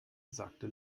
sagte